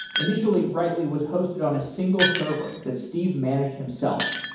initially, writely was hosted on a single server that steve managed himself.